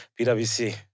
PwC